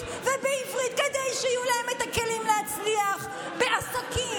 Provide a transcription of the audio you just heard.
ובעברית כדי שיהיו להם הכלים להצליח בעסקים,